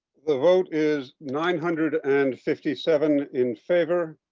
the vote is nine hundred and fifty seven in favor.